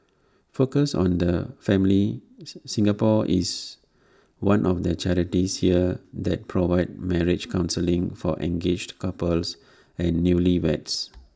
focus on the family Singapore is one of the charities here that provide marriage counselling for engaged couples and newlyweds